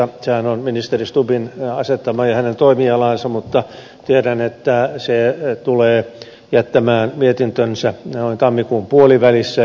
sehän on ministeri stubbin asettama ja hänen toimialaansa mutta tiedän että se tulee jättämään mietintönsä noin tammikuun puolivälissä